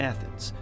Athens